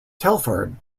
telford